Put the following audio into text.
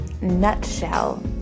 nutshell